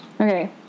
Okay